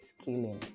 scaling